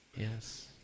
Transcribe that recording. Yes